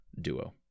duo